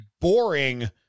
boring